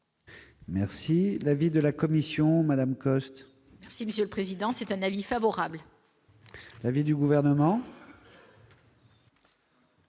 Merci l'avis de la commission Madame Coste. Merci Monsieur le Président, c'est un avis favorable. L'avis du gouvernement.